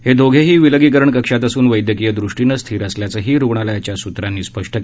हे दोघेही विलगीकरण कक्षात असून वैदयकिय दृष्टीनं स्थिर असल्याचंही रुग्णालयाच्या सुत्रांनी स्पष्ट केलं